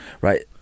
Right